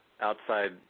outside